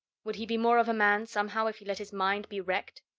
would he be more of a man, somehow, if he let his mind be wrecked?